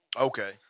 Okay